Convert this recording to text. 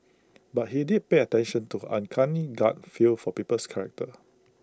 but he did pay attention to her uncanny gut feel for people's characters